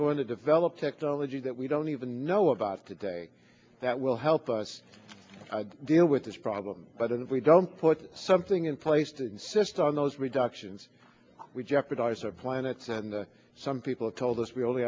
going to develop technology that we don't even know about today that will help us deal with this problem but if we don't put something in place to insist on those reductions we jeopardize our planets and some people told us we only